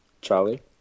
Charlie